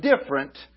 different